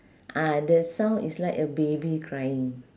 ah the sound is like a baby crying